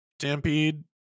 stampede